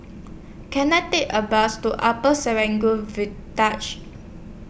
Can I Take A Bus to Upper Serangoon